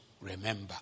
remember